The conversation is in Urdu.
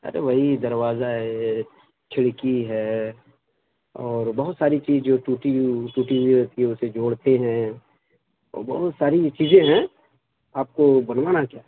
ارے وہی دروازہ ہے کھڑکی ہے اور بہت ساری چیز جو ٹوٹی ٹوٹی ہوئی ہوتی ہے اسے جوڑتے ہیں اور بہت ساری چیزیں ہیں آپ کو بنوانا ہے کیا ہے